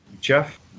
Jeff